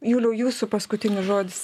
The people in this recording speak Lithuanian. juliau jūsų paskutinis žodis